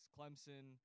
Clemson